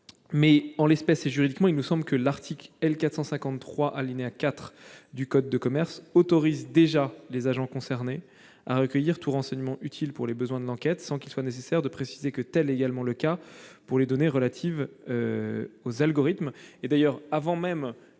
En l'espèce et juridiquement, l'alinéa 4 de l'article L. 450-3 du code de commerce autorise déjà les agents concernés à recueillir tout renseignement utile pour les besoins de l'enquête, sans qu'il soit nécessaire de préciser que tel est également le cas pour les données relatives aux algorithmes.